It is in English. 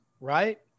Right